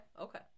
okay